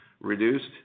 reduced